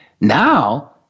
Now